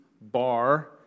Bar